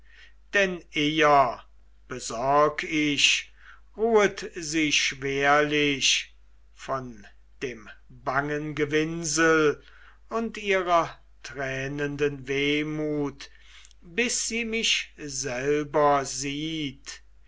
denn eher besorg ich ruhet sie schwerlich von dem bangen gewinsel und ihrer tränenden wehmut bis sie mich selber sieht